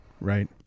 right